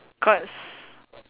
cause